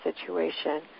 situation